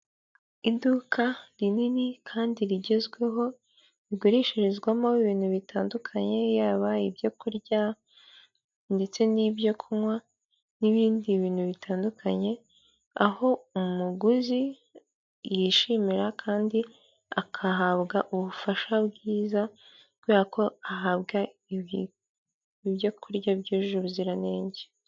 Iduka rinini kandi rigezweho rigurishirizwamo ibintu bitandukanye yaba ibyoku kurya ndetse n'ibyo kunywa n'ibindi bintu bitandukanye aho umuguzi yishimira kandi akahabwa ubufasha bwiza kubera ko ahabwa ibyo kurya byujuje ubuziranenge.